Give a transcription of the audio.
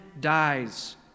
dies